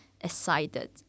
excited